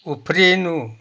उफ्रिनु